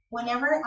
Whenever